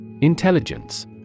Intelligence